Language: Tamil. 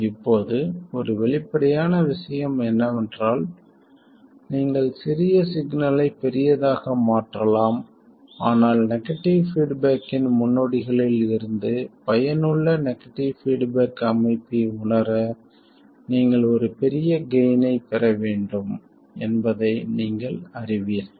இப்போது ஒரு வெளிப்படையான விஷயம் என்னவென்றால் நீங்கள் சிறிய சிக்னலை பெரியதாக மாற்றலாம் ஆனால் நெகட்டிவ் பீட்பேக்கின் முன்னோடிகளில் இருந்து பயனுள்ள நெகட்டிவ் பீட்பேக் அமைப்பை உணர நீங்கள் ஒரு பெரிய கெய்ன் ஐப்பெற வேண்டும் என்பதை நீங்கள் அறிவீர்கள்